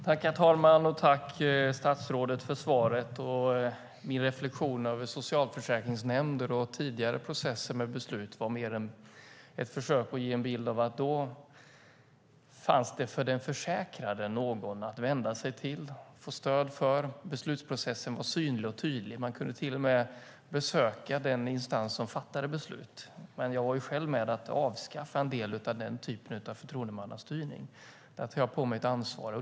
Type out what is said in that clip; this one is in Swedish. Herr talman! Jag tackar statsrådet för svaret. Min reflexion över socialförsäkringsnämnder och tidigare processer med beslut var mer ett försök att ge en bild av att då fanns det för den försäkrade någon att vända sig till för att få stöd. Beslutsprocessen var synlig och tydlig. Man kunde till och med besöka den instans som fattade beslut. Men jag var ju själv med om att avskaffa en del av den typen av förtroendemannastyrning. Där tar jag på mig ett ansvar.